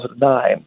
2009